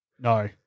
No